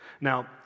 Now